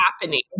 happening